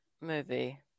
movie